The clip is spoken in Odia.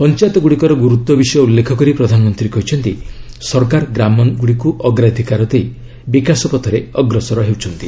ପଞ୍ଚାୟତଗୁଡ଼ିକର ଗୁରୁତ୍ୱ ବିଷୟ ଉଲ୍ଲେଖ କରି ପ୍ରଧାନମନ୍ତ୍ରୀ କହିଛନ୍ତି ସରକାର ଗ୍ରାମଗୁଡ଼ିକୁ ଅଗ୍ରାଧିକାର ଦେଇ ବିକାଶ ପଥରେ ଅଗ୍ରସର ହେଉଛନ୍ତି